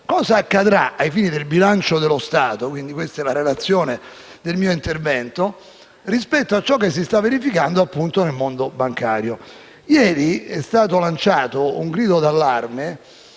cosa accadrà ai fini del bilancio dello Stato - e questo è il nesso del mio intervento - rispetto a ciò che si sta verificando, appunto, nel mondo bancario. Ieri è stato lanciato un grido d'allarme